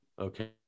Okay